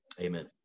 Amen